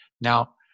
now